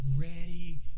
ready